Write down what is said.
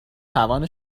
توان